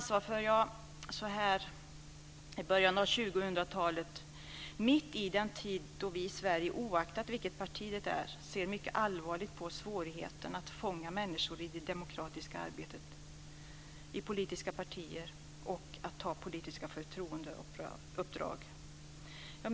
Så här i början av 2000-talet ser vi i Sverige, oaktat vilket politiskt parti det är, mycket allvarligt på svårigheten att fånga människor i det demokratiska arbetet i politiska partier och att få dem att ta politiska förtroendeuppdrag.